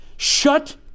shut